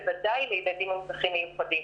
בוודאי לילדים עם צרכים מיוחדים.